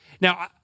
now